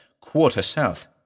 quarter-south